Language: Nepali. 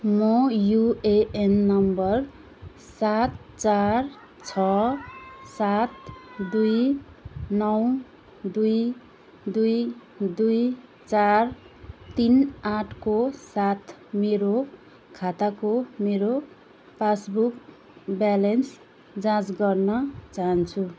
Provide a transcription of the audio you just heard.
म युएएन नम्बर सात चार छ सात दुई नौ दुई दुई दुई चार तिन आठको साथ मेरो खाताको मेरो पासबुक ब्यालेन्स जाँच गर्न चाहन्छु